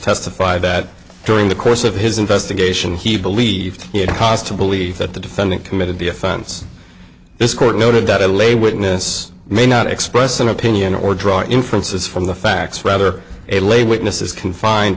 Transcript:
testify that during the course of his investigation he believed he had cause to believe that the defendant committed the offense this court noted that a lay witness may not express an opinion or draw inferences from the facts rather a lay witness is confined